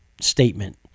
statement